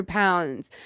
pounds